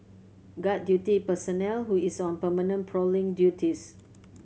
guard duty personnel who is on permanent prowling duties